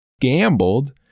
gambled